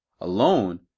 alone